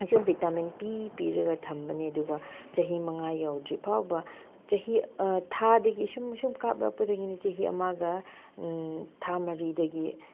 ꯑꯁꯨꯝ ꯚꯤꯇꯥꯃꯤꯟ ꯄꯤ ꯄꯤꯔꯒ ꯊꯝꯕꯅꯤ ꯑꯗꯨꯒ ꯆꯍꯤ ꯃꯉꯥ ꯌꯧꯗ꯭ꯔꯤꯐꯥꯎꯕ ꯆꯍꯤ ꯊꯥꯗꯒꯤ ꯁꯨꯝ ꯁꯨꯝ ꯀꯥꯞꯂꯛꯄꯗꯒꯤꯅ ꯆꯍꯤ ꯑꯃꯒ ꯊꯥ ꯃꯔꯤꯗꯒꯤ